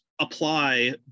apply